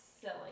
Silly